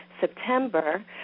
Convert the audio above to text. September